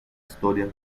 historia